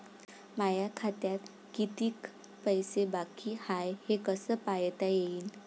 माया खात्यात कितीक पैसे बाकी हाय हे कस पायता येईन?